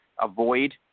avoid